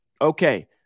Okay